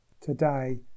Today